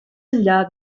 enllà